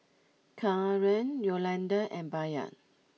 Kaaren Yolanda and Bayard